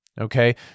Okay